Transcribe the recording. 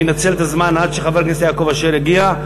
אני אנצל את הזמן עד שחבר הכנסת יעקב אשר יגיע: